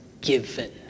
given